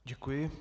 Děkuji.